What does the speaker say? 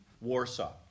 Warsaw